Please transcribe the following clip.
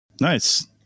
nice